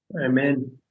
Amen